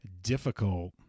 difficult